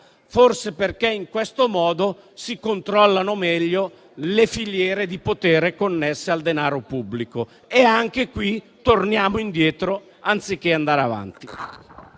forse perché in questo modo si controllano meglio le filiere di potere connesse al denaro pubblico. E anche qui torniamo indietro anziché andare avanti.